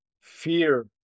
fear